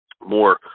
more